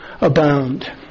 abound